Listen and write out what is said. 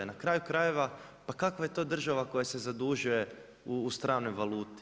Na kraju krajeva, pa kakva je to država koja se zadužuju u stranoj valuti?